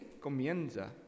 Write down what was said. comienza